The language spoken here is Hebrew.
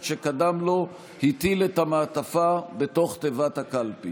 שקדם לו הטיל את המעטפה בתוך תיבת הקלפי.